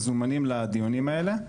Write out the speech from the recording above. מזומנים לדיונים האלה.